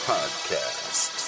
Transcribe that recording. Podcast